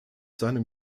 seinem